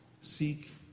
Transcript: seek